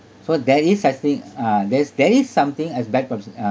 so there is such thing uh there's there is something as bad publici~ uh